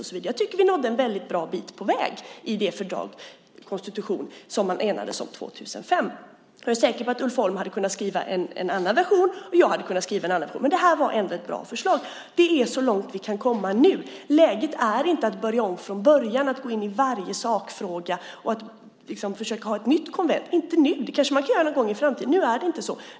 Jag tycker att vi nådde en bra bit på väg i den konstitution som man enades om 2005. Jag är säker på att Ulf Holm hade kunnat skriva en annan version och att jag också hade kunnat skriva en annan version. Men detta var ändå ett bra förslag. Det är så långt som vi kan komma nu. Läget är inte att man ska börja om från början och gå in i varje sakfråga och försöka ha ett nytt konvent. Det ska man inte göra nu. Det kanske man kan göra någon gång i framtiden. Nu är det inte så.